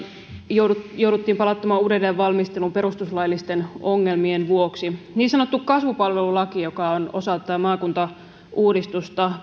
jouduttiin jouduttiin palauttamaan uudelleenvalmisteluun perustuslaillisten ongelmien vuoksi niin sanottu kasvupalvelulaki joka on osa tätä maakuntauudistusta